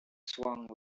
swung